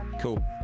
Cool